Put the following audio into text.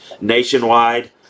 nationwide